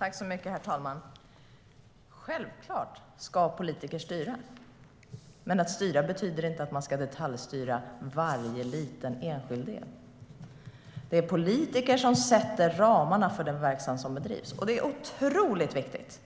Herr talman! Självklart ska politiker styra. Men att styra betyder inte att man ska detaljstyra varje liten enskild del. Det är politiker som sätter ramarna för den verksamhet som bedrivs. Det är otroligt viktigt